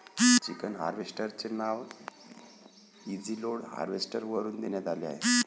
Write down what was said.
chicken harvester चे नाव Easyload harvester वरून देण्यात आले आहे